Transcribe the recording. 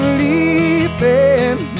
leaping